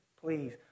please